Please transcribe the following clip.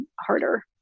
harder